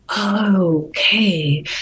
okay